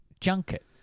junket